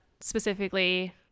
specifically